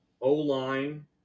o-line